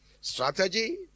Strategy